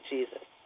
Jesus